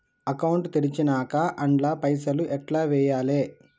Account తెరిచినాక అండ్ల పైసల్ ఎట్ల వేయాలే?